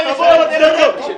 תבוא לגדרות.